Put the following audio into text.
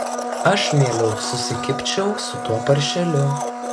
aš mieliau susikibčiau su tuo paršeliu